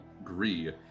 Agree